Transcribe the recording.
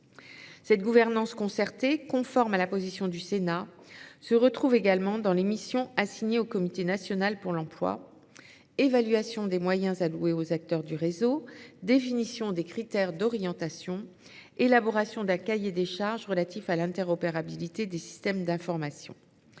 Cette gouvernance concertée, conforme à la position du Sénat, se retrouve également dans les missions assignées au comité national pour l’emploi : évaluation des moyens alloués aux acteurs du réseau, définition des critères d’orientation, élaboration d’un cahier des charges relatif à l’interopérabilité des systèmes d’information.